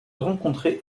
rencontrer